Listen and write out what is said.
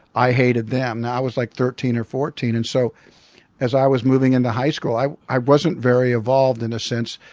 i hated them. now, i was like thirteen or fourteen and so as i was moving into high school, i i wasn't very evolved, in a sense.